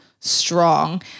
strong